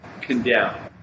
condemn